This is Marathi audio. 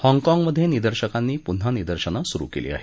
हाँगकाँगमधे निदर्शकांनी पुन्हा निदर्शनं सुरू केली आहेत